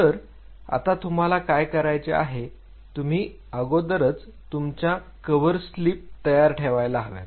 तर आता तुम्हाला काय करायचे आहे तुम्ही अगोदरच तुमच्या कव्हरस्लिप तयार ठेवायला हव्यात